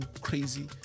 crazy